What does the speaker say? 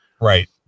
Right